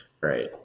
Right